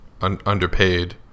underpaid